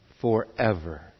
forever